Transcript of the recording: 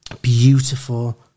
beautiful